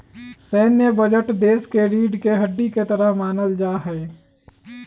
सैन्य बजट देश के रीढ़ के हड्डी के तरह मानल जा हई